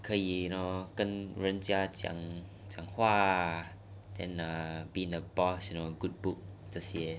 可以 you know 跟人家讲讲话 then err be in the boss you know good book 这些